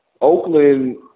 Oakland